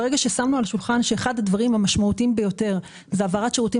ברגע ששמנו על השולחן שאחד הדברים המשמעותיים ביותר הוא העברת שירותים